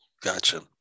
Gotcha